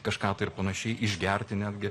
kažką tai ir panašiai išgerti netgi